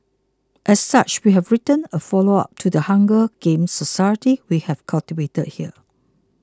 as such we've written a follow up to the Hunger Games society we have cultivated here